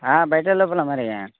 బయట లోపల మరి